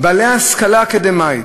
בעלי השכלה אקדמית